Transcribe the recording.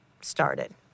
started